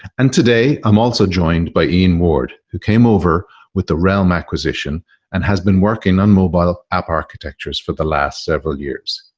and today, i'm also joined by ian ward who came over with the realm acquisition and has been working on mobile app architectures for the last several years.